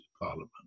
parliament